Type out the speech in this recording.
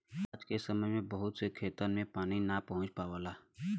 आज के समय में बहुत से खेतन में पानी ना पहुंच पावला